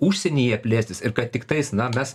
užsienyje plėstis ir kad tiktais na mes